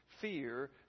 fear